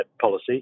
policy